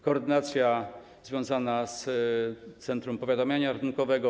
Koordynacja związana z Centrum Powiadamiania Ratunkowego.